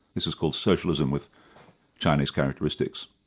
this is called socialism with chinese characteristics.